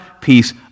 peace